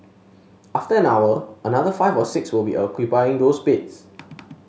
after an hour another five or six will be occupying those beds